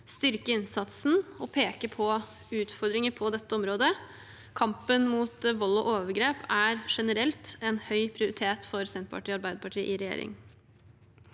styrke innsatsen og peke på utfordringer på dette området. Kampen mot vold og overgrep er generelt en høy prioritet for Senterpartiet og Arbeiderpartiet i regjering.